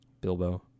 Bilbo